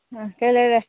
ꯑꯥ ꯀꯩ ꯂꯩꯔꯦ